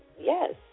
Yes